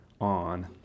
on